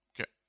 Okay